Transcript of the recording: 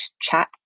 chat